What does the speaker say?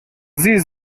sie